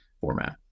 format